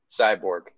cyborg